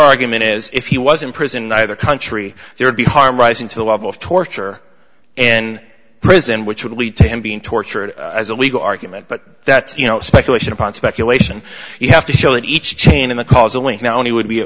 argument is if he was in prison in either country there would be harm rising to the level of torture in prison which would lead to him being tortured as a legal argument but that's you know speculation upon speculation you have to show that each chain in the causal link not only would be